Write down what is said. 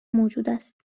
موجوداست